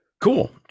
cool